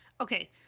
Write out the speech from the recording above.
Okay